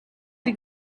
die